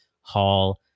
Hall